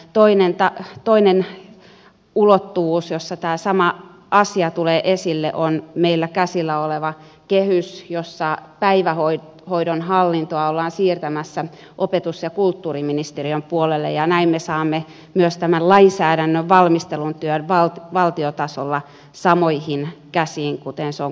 toinen ulottuvuus jossa tämä sama asia tulee esille on meillä käsillä oleva kehys jossa päivähoidon hallintoa ollaan siirtämässä opetus ja kulttuuriministeriön puolelle ja näin me saamme myös tämän lainsäädännön valmistelutyön valtiotasolla samoihin käsiin kuten se on kuntatasollakin mahdollista